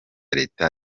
leta